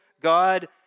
God